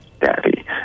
daddy